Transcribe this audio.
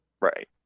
Right